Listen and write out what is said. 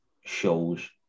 shows